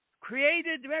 created